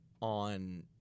on